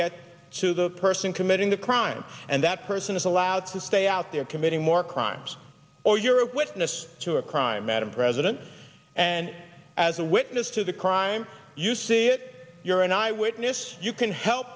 get to the person committing the crime and that person is allowed to stay out there committing more crimes or you're of witness to a crime madam president and as a witness to the crime you see it you're an eyewitness you can help